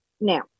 Now